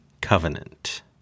Covenant